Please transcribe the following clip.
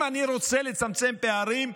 אם אני רוצה לצמצם פערים,